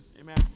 Amen